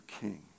king